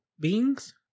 beings